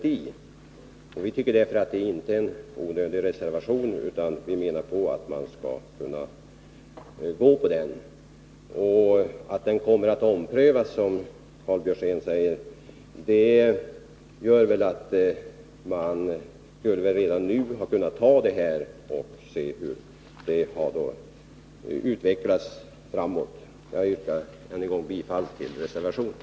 Vi tycker därför att det inte är en onödig reservation utan vi menar att man bör kunna gå på den linjen. Karl Björzén säger att frågan kommer att omprövas, och vi tycker därför att man redan nu skulle kunna fatta beslut enligt vårt förslag och se hur det hela utvecklas framöver. Jag yrkar än en gång bifall till reservationen.